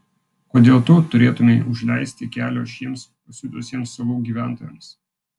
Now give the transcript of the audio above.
kodėl tu turėtumei užleisti kelio šiems pasiutusiems salų gyventojams